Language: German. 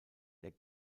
der